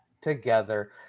Together